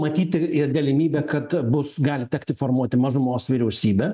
matyti ir galimybė kad bus gali tekti formuoti mažumos vyriausybę